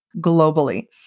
globally